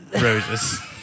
Roses